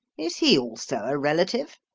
is he also a relative?